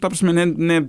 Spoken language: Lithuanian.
ta prasme ne ne